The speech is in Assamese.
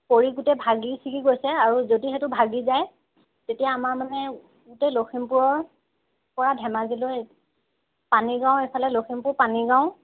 পৰি গোটেই ভাগি চিগি গৈছে আৰু যদি সেইটো ভাগি যায় তেতিয়া আমাৰ মানে গোটেই লখিমপুৰৰ পৰা ধেমাজীলৈ পানীগাঁও এইফালে লখিমপুৰ পানীগাঁও